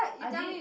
I did